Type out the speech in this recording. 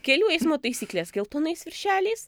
kelių eismo taisykles geltonais viršeliais